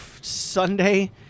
Sunday